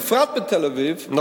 בפרט בתל-אביב,